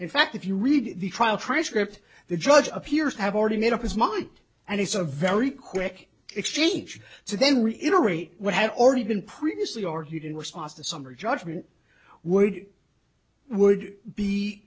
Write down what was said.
in fact if you read the trial transcript the judge appears to have already made up his mind and it's a very quick exchange so then reiterate what had already been previously argued in response to summary judgment would would be